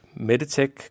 meditech